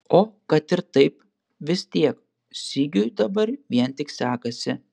o kad ir taip vis tiek sigiui dabar vien tik sekasi